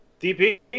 DP